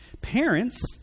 Parents